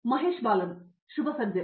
ಮಹೇಶ್ ಬಾಲನ್ ಶುಭ ಸಂಜೆ